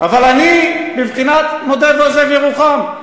אבל אתם בבחינת מודה ועוזב ירוחם.